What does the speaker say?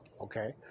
okay